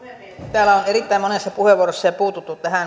täällä on erittäin monessa puheenvuorossa jo puututtu